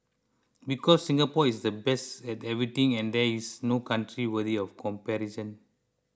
because Singapore is the best at everything and there is no country worthy of comparison